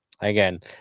again